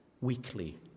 weekly